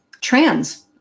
trans